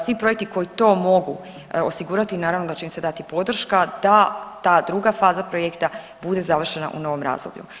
Svi projekti koji to mogu osigurati naravno da će im se dati podrška da ta druga faza projekta bude završena u novom razdoblju.